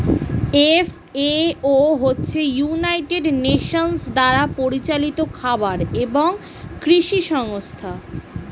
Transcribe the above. FAO হচ্ছে United Nations দ্বারা পরিচালিত খাবার এবং কৃষি সংস্থা